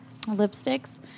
lipsticks